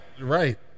right